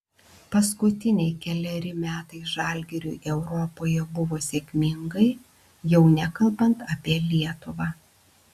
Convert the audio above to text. paskutiniai keleri metai žalgiriui europoje buvo sėkmingai jau nekalbant apie lietuvą